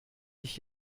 ich